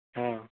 ହଁ